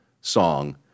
song